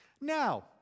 Now